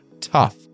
tough